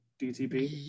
DTP